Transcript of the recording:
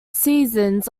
seasons